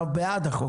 הצבעה בעד,